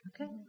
Okay